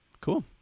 Cool